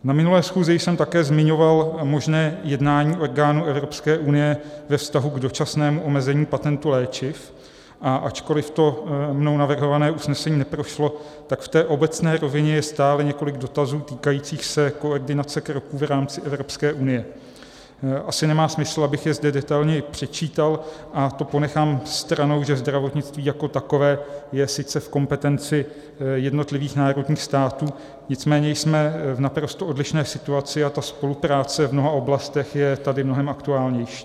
Na minulé schůzi jsem také zmiňoval možné jednání orgánů Evropské unie ve vztahu k dočasnému omezení patentu léčiv, a ačkoli to mnou navrhované usnesení neprošlo, tak v té obecné rovině je stále několik dotazů týkajících se koordinace kroků v rámci Evropské unie, asi nemá smysl, abych je zde detailněji předčítal, a to ponechám stranou, že zdravotnictví jako takové je sice v kompetenci jednotlivých národních států, nicméně jsme v naprosto odlišné situaci, a ta spolupráce v mnoha oblastech je tady mnohem aktuálnější.